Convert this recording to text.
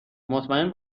مطمئن